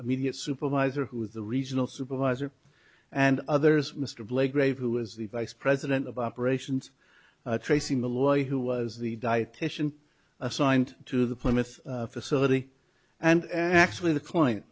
immediate supervisor who the regional supervisor and others mr blake grave who was the vice president of operations tracing the lawyer who was the dietitian assigned to the plymouth facility and actually the